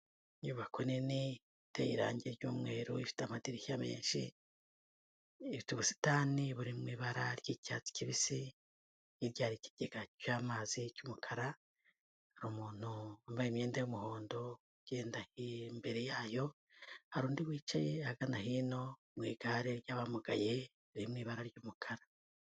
Inyubako nini iteye irangi ry'umweru, ifite amadirishya menshi, ifite ubusitani buri mu ibara ry'icyatsi kibisi, hirya hari ikigega cy'amazi cy'umukara, hari umuntu wambaye imyenda y'umuhondo, ugenda imbere yayo; hari undi wicaye ahagana hino mu igare ry'abamugaye, riri mu ibara ry'umukara.